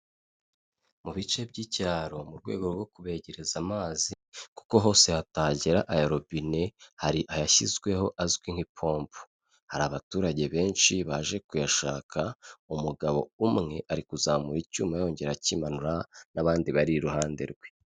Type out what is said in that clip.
Mu bice by'icyaro mu rwego rwo kubegereza amazi kuko hose hatagera aya robine hari ayashyizweho azwi nk'ipompo. Hari abaturage benshi baje kuyashaka, umugabo umwe ari kuzamura icyuma yongera akimanura n'abandi bari iruhande rwe.